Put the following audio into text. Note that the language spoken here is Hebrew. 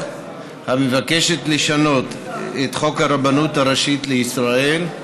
המבקשת לשנות את חוק הרבנות הראשית לישראל,